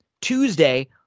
Tuesday